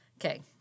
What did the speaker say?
Okay